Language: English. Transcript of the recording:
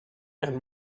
and